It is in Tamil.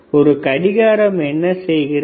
ஒரு கடிகாரம் என்ன செய்கிறது